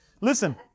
listen